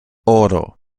oro